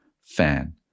fan